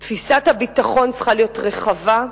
תפיסת הביטחון צריכה להיות רחבה,